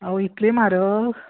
आवय इतली म्हारग